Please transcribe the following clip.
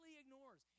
ignores